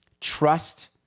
trust